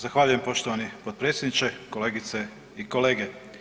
Zahvaljujem poštovani potpredsjedniče, kolegice i kolege.